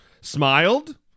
smiled